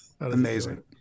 Amazing